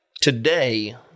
Today